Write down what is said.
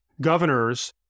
governors